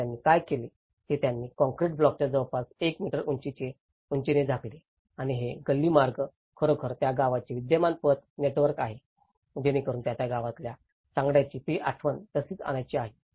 आता त्यांनी काय केले ते त्यांनी काँक्रीट ब्लॉक्सच्या जवळपास 1 मीटर उंचीने झाकले आणि हे गल्ली मार्ग खरोखर त्या गावाचे विद्यमान पथ नेटवर्क आहे जेणेकरून त्या त्या गावातल्या सांगाड्याची ती आठवण तशीच आणायची आहे